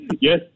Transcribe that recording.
Yes